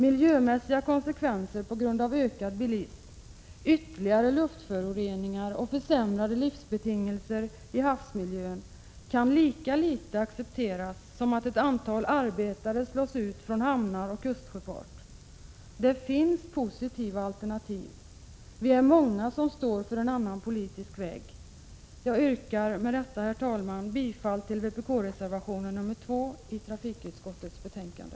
Miljömässiga konsekvenser på grund av ökad bilism, ytterligare luftföroreningar och försämrade livsbetingelser i havsmiljön kan lika litet accepteras som att ett antal arbetare slås ut från hamnar och kustsjöfart. Det finns positiva alternativ — vi är många som står för en annan politisk väg. Jag yrkar med detta, herr talman, bifall till vpk-reservationen.2 i trafikutskottets betänkande.